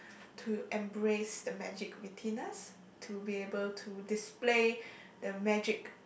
to embrace the magic wittiness to be able to display the magic